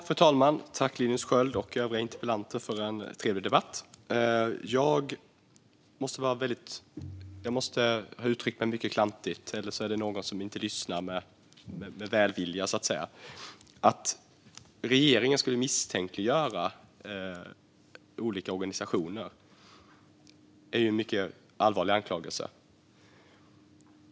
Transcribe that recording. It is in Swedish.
Fru talman! Tack, Linus Sköld och övriga deltagare, för en trevlig debatt! Jag måste ha uttryckt mig mycket klantigt, eller så är det någon som inte lyssnar med välvilja. Att regeringen skulle misstänkliggöra olika organisationer är en mycket allvarlig anklagelse.